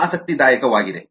ಇದು ಆಸಕ್ತಿದಾಯಕವಾಗಿದೆ